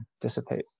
dissipate